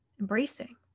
embracing